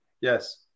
yes